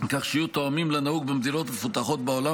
כך שיהיו תואמים לנהוג במדינות מפותחות בעולם,